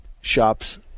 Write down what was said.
shops